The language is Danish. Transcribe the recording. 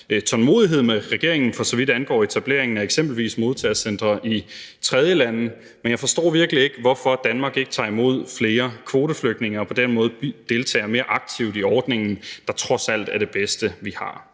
tålmodighed med regeringen, for så vidt angår etableringen af eksempelvis modtagecentre i tredjelande. Men jeg forstår virkelig ikke, hvorfor Danmark ikke tager imod flere kvoteflygtninge og på den måde deltager mere aktivt i ordningen, der trods alt er det bedste, vi har.